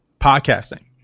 podcasting